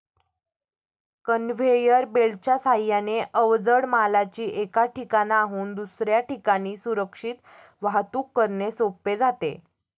conveyor बेल्टच्या साहाय्याने अवजड मालाची एका ठिकाणाहून दुसऱ्या ठिकाणी सुरक्षित वाहतूक करणे सोपे जाते